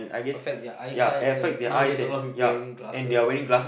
affect their eyesights and nowadays a lot of people wearing glasses